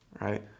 Right